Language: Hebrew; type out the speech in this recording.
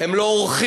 הם לא אורחים,